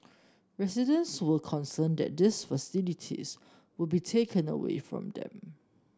residents were concerned that these facilities would be taken away from them